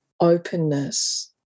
openness